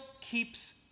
keeps